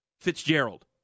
Fitzgerald